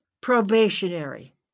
Probationary